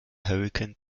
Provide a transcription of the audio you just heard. hurrikan